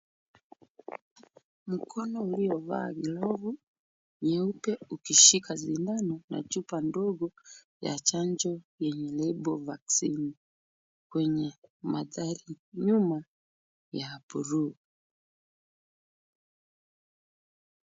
Mkono uliovaa glovu nyeupe ukishika sindano na chupa ndogo ya chanjo yenye lebo vaccine . Kwenye mandhari nyuma ya buluu.